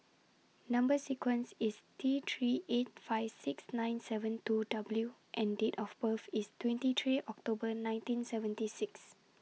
Number sequence IS T three eight five six nine seven two W and Date of birth IS twenty three October nineteen seventy six